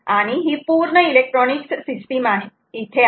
आणि ही पूर्ण इलेक्ट्रॉनिक्स सिस्टीम येथे आहे